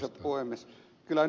kyllä nyt ed